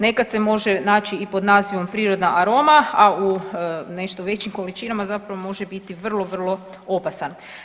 Nekad se može naći i pod nazivom prirodna aroma, a u nešto većim količinama zapravo može biti vrlo, vrlo opasan.